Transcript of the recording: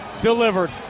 delivered